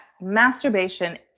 masturbation